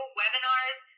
webinars